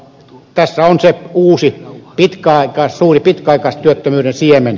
tässä on suuri pitkäaikaistyöttömyyden siemen